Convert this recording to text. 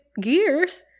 gears